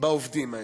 בעובדים האלה.